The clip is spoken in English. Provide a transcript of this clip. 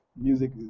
Music